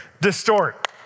Distort